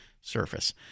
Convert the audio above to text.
surface